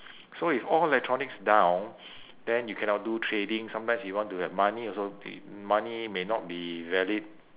so if all electronics down then you cannot do trading sometimes you want to have money also i~ money may not be valid